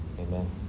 Amen